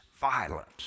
violence